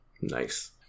Nice